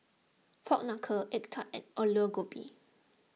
Pork Knuckle Egg Tart and Aloo Gobi